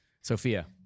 Sophia